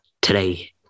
today